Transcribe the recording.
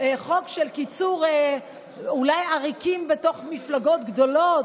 חוק של אולי עריקים בתוך מפלגות גדולות,